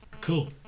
Cool